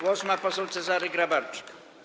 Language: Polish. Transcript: Głos ma poseł Cezary Grabarczyk.